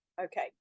Okay